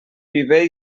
viver